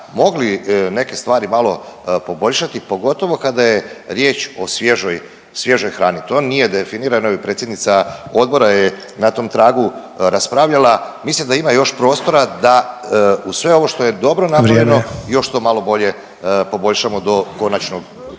mogli neke stvari malo poboljšati pogotovo kada je riječ o svježoj hrani. To nije definirano i predsjednica odbora je na tom tragu raspravljala. Mislim da ima još prostora da uz sve ovo što je dobro napravljeno … …/Upadica Sanader: